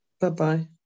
bye-bye